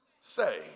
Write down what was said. say